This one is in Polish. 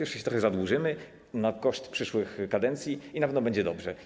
Jeszcze się trochę zadłużymy na koszt przyszłych kadencji i na pewno będzie dobrze.